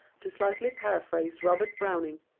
to slightly paraphrase robert browning